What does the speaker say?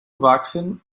vaccine